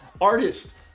artist